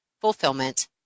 fulfillment